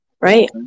Right